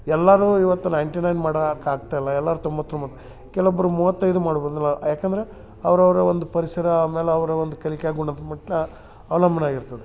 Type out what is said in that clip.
ಎಲ್ಲಾರು ಇವತ್ತು ninety nine ಮಾಡಕ್ಕೆ ಆಗ್ತಾಯಿಲ್ಲ ಎಲ್ಲರೂ ತೊಂಬತ್ತು ತೊಂಬತ್ತು ಕೆಲವೊಬ್ಬರು ಮೂವತ್ತೈದು ಮಾಡ್ಬೋದಲ್ಲ ಯಾಕೆಂದರೆ ಅವ್ರವರ ಒಂದು ಪರಿಸರ ಆಮೇಲೆ ಅವರ ಒಂದು ಕಲಿಕಾ ಗುಣಮಟ್ಟ ಅವಲಂಬನೆ ಆಗಿರ್ತದೆ